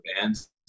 bands